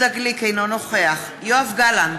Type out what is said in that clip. אינו נוכח יואב גלנט,